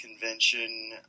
convention